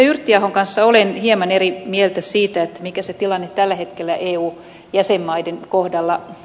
yrttiahon kanssa olen hieman eri mieltä siitä mikä se tilanne tällä hetkellä eu jäsenmaiden kohdalla on